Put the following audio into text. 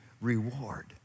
reward